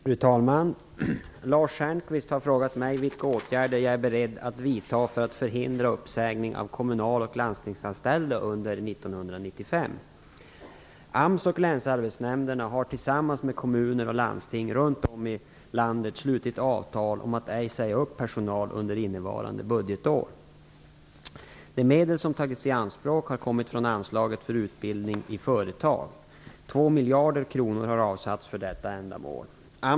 Fru talman! Lars Stjernkvist har frågat mig vilka åtgärder jag är beredd att vidta för att förhindra uppsägningar av kommunal och landstingsanställda under år 1995. AMS och länsarbetsnämnderna har tillsammans med kommuner och landsting runt om i landet slutit avtal om att ej säga upp personal under innevarande budgetår. De medel som tagits i anspråk har kommit från anslaget för utbildning i företag. Två miljarder kronor har avsatts för detta ändamål.